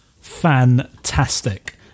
Fantastic